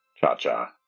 cha-cha